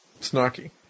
Snarky